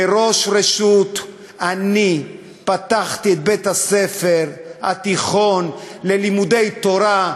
כראש רשות אני פתחתי את בית-הספר התיכון ללימודי תורה,